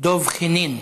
דב חנין.